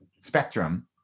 spectrum